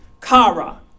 kara